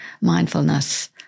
mindfulness